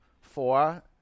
four